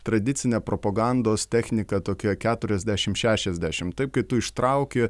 tradicine propagandos technika tokia keturiasdešim šešiasdešim taip kai tu ištrauki